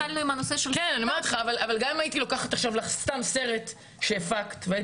אבל גם אם הייתי לוקחת עכשיו סתם סרט שהפקת והיית